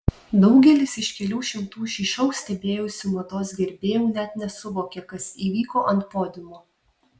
daugelis iš kelių šimtų šį šou stebėjusių mados gerbėjų net nesuvokė kas įvyko ant podiumo